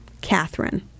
Catherine